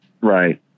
Right